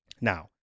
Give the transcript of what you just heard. now